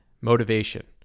motivation